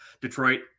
Detroit